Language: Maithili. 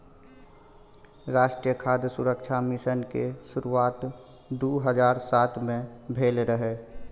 राष्ट्रीय खाद्य सुरक्षा मिशन के शुरुआत दू हजार सात मे भेल रहै